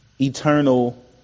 eternal